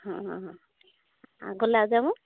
ହଁ ହଁ ଆଉ ଗୋଲାପଜାମୁ